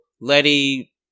letty